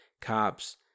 cops